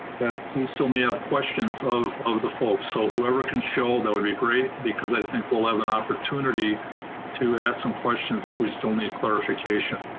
that we still may have questions of of the folks. so whoever can show that would be great because i think we'll have an opportunity to ask some questions if we still need clarification.